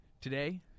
Today